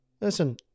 listen